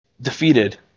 defeated